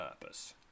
purpose